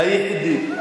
היחידי,